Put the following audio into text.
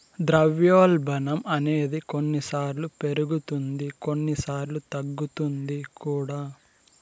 ద్రవ్యోల్బణం అనేది కొన్నిసార్లు పెరుగుతుంది కొన్నిసార్లు తగ్గుతుంది కూడా